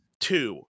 two